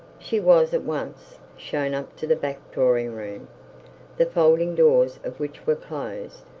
she was at once shown up to the back drawing-room, the folding doors of which were closed,